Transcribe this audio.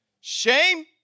Shame